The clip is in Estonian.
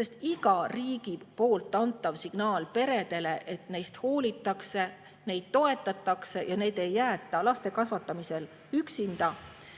sest iga riigi poolt antav signaal peredele, et neist hoolitakse, neid toetatakse ja neid ei jäeta laste kasvatamisel üksinda,